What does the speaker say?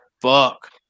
fuck